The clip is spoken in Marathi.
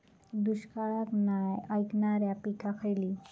दुष्काळाक नाय ऐकणार्यो पीका खयली?